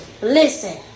Listen